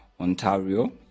Ontario